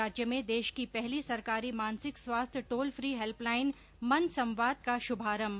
राज्य में देश की पहली सरकारी मानसिक स्वास्थ्य टोल फी हैल्पलाईन मन संवाद का शुभारंभ